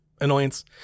annoyance